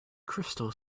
crystal